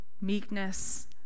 meekness